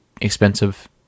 expensive